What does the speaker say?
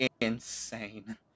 insane